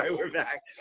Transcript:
ah we're back.